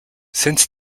since